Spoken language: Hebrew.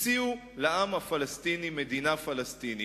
הציעו לעם הפלסטיני מדינה פלסטינית,